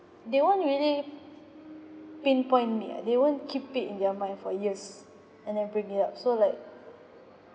they won't really pinpoint me ah they won't keep it in their mind for years and then bring it up so like